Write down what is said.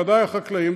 בוודאי החקלאים,